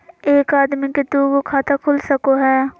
एक आदमी के दू गो खाता खुल सको है?